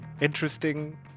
interesting